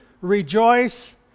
Rejoice